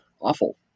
awful